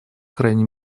крайней